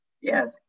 Yes